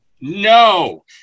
No